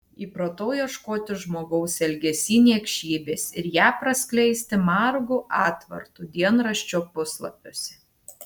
įpratau ieškoti žmogaus elgesy niekšybės ir ją praskleisti margu atvartu dienraščio puslapiuose